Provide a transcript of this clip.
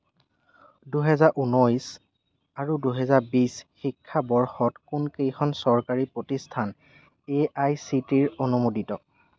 দুহেজাৰ উনৈছ আৰু দুহেজাৰ বিছ শিক্ষাবৰ্ষত কোনকেইখন চৰকাৰী প্ৰতিষ্ঠান এআইচিটিই অনুমোদিত